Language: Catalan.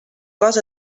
cos